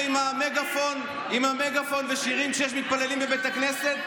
עם מגפון ושירים כשיש מתפללים בבית הכנסת?